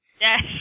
Yes